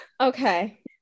Okay